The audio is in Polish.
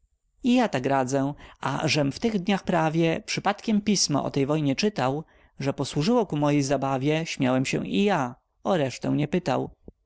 i ja tak radzę a żem w tych dniach prawie przypadkiem pismo o tej wojnie czytał że posłużyło ku mojej zabawie śmiałem się i ja o resztę nie pytał